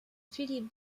philippe